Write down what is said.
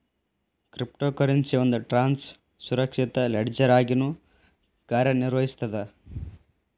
crypto currency ಒಂದ್ ಟ್ರಾನ್ಸ್ನ ಸುರಕ್ಷಿತ ಲೆಡ್ಜರ್ ಆಗಿನೂ ಕಾರ್ಯನಿರ್ವಹಿಸ್ತದ